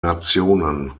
nationen